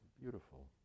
beautiful